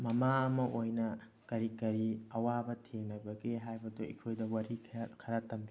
ꯃꯃꯥ ꯑꯃ ꯑꯣꯏꯅ ꯀꯔꯤ ꯀꯔꯤ ꯑꯋꯥꯕ ꯊꯦꯡꯅꯕꯒꯦ ꯍꯥꯏꯕꯗꯨ ꯑꯩꯈꯣꯏꯗ ꯋꯥꯔꯤ ꯈꯔ ꯇꯝꯕꯤꯌꯨ